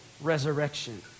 resurrection